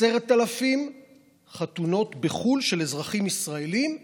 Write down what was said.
10,000 חתונות של אזרחים ישראלים בחו"ל,